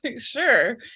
Sure